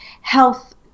health